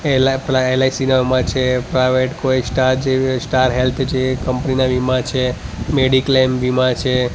L પેલા L I સીના વીમા છે પ્રાઈવેટ કોઈ સ્ટાર જે સ્ટાર હૅલ્થ જે કંપનીના વીમા છે મૅડિકલેમ વીમા છે